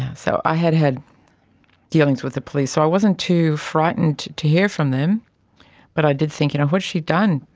so i had had dealings with the police. so i wasn't too frightened to hear from them but i did think, you know, what has she done?